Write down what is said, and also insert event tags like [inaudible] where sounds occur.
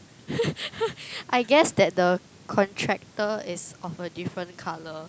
[laughs] I guess that the contractor is of a different colour